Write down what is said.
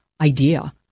idea